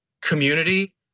community